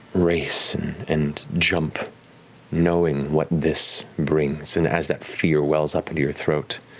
race and jump knowing what this brings and as that fear wells up into your throat,